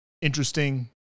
interesting